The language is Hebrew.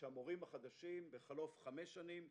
שהמורים החדשים בחלוף חמש שנים,